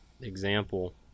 example